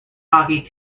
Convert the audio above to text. hockey